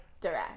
direct